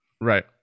right